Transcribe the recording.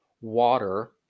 water